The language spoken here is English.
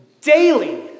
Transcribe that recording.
daily